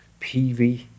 pv